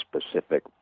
specific